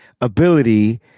ability